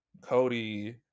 Cody